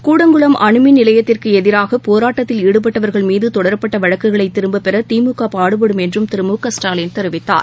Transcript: கூடங்குளம் அணுமின் நிலையத்திற்கு எதிராக போராட்டத்தில் ஈடுபட்டவர்கள் மீது தொடரப்பட்ட வழக்குகளை திரும்பப்பெற திமுக பாடுபடும் என்றும் திரு மு க ஸ்டாலின் தெரிவித்தார்